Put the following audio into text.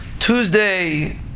Tuesday